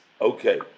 okay